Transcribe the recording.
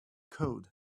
code